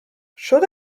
should